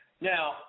now